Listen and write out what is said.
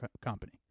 company